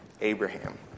Abraham